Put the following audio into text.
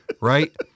right